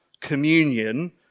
communion